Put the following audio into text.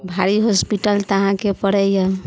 भारी हॉस्पिटल तऽ अहाँके पड़ैए